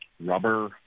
rubber